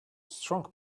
strong